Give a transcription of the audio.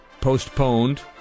postponed